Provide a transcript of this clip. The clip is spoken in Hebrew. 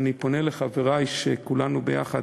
לכן אני פונה לחברי שכולנו ביחד,